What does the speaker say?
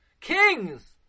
kings